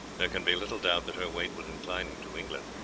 there can be little doubt that her weight would incline him to england.